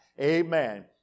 Amen